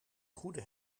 goede